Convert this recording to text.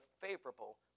favorable